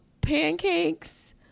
pancakes